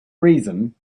reason